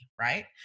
Right